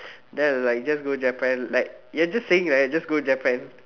then I like just go Japan like you're just saying like just go Japan